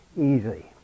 easy